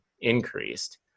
increased